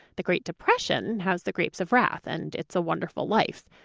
the great depression has the grapes of wrath and it's a wonderful life.